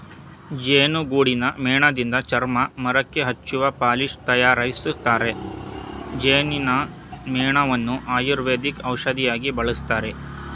ಜೇನುಗೂಡಿನ ಮೇಣದಿಂದ ಚರ್ಮ, ಮರಕ್ಕೆ ಹಚ್ಚುವ ಪಾಲಿಶ್ ತರಯಾರಿಸ್ತರೆ, ಜೇನಿನ ಮೇಣವನ್ನು ಆಯುರ್ವೇದಿಕ್ ಔಷಧಿಯಾಗಿ ಬಳಸ್ತರೆ